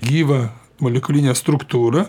gyvą molekulinę struktūrą